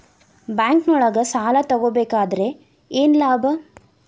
ಬ್ಯಾಂಕ್ನೊಳಗ್ ಸಾಲ ತಗೊಬೇಕಾದ್ರೆ ಏನ್ ಲಾಭ?